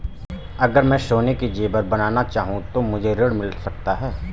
अगर मैं सोने के ज़ेवर बनाना चाहूं तो मुझे ऋण मिल सकता है?